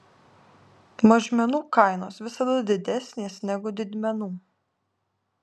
mažmenų kainos visada didesnės negu didmenų